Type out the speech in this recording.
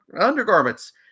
undergarments